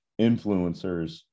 influencers